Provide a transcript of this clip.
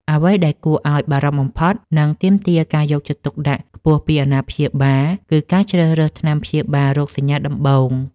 អ្វីដែលគួរឱ្យបារម្ភបំផុត និងទាមទារការយកចិត្តទុកដាក់ខ្ពស់ពីអាណាព្យាបាល គឺការជ្រើសរើសថ្នាំព្យាបាលរោគសញ្ញាដំបូង។